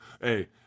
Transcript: Hey